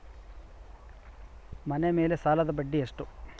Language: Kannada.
ಮನೆ ಮೇಲೆ ಸಾಲದ ಬಡ್ಡಿ ಎಷ್ಟು?